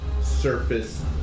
surface